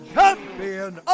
Champion